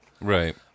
Right